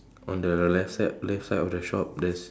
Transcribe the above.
on the left side left side of the shop there's